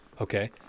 Okay